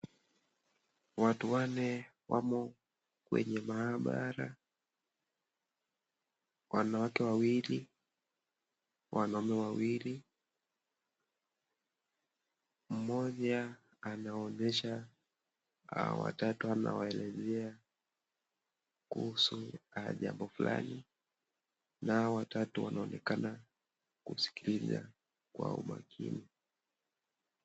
Watu wanne wamo kwenye mahabara, wanawake wawili, wanaume wawili, mmoja ameonyesha hawa watatu anawaelezea kuhusu jambo fulani, na hao watatu wanaonekana kumsikiliza kwa umakini.